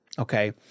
Okay